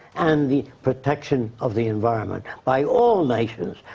and the protection of the environment by all nations.